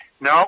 No